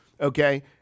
Okay